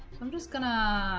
i'm just gonna